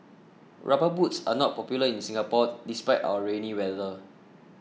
rubber boots are not popular in Singapore despite our rainy weather